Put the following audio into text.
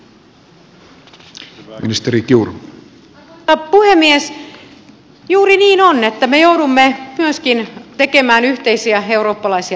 juuri niin on että me joudumme myöskin tekemään yhteisiä eurooppalaisia talkoita